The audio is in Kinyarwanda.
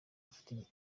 afite